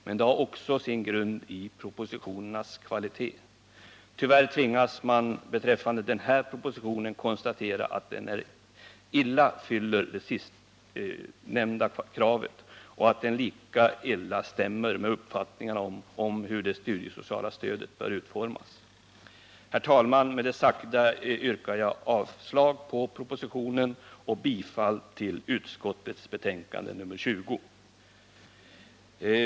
Men det har också sin grund i propositionernas kvalitet. Tyvärr tvingas man beträffande den här propositionen konstatera att den illa fyller kraven på kvalitet och att den lika illa stämmer med uppfattningarna om hur det studiesociala stödet bör utformas. Herr talman! Med det sagda yrkar jag avslag på propositionen och bifall till utskottets förslag i dess betänkande nr 20.